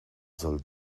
soll